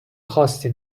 خاصی